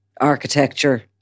architecture